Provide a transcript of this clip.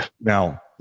Now